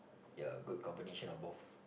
ya a good combination of both